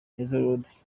oxlade